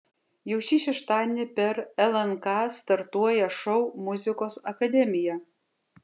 jau šį šeštadienį per lnk startuoja šou muzikos akademija